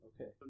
Okay